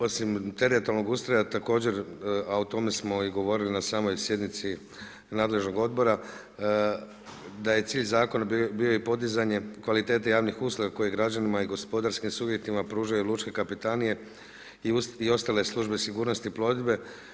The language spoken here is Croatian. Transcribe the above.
Osim teritorijalnog ustroja, također, a o tome smo govorili na samoj sjednici nadležnog odbora, da je cilj zakona bio i podizanje kvalitete javnih usluga koje građanima i gospodarskim subjektima pružaju lučke kapetanije i ostale službe sigurnosti plovidbe.